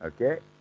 Okay